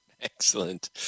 Excellent